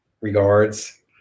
regards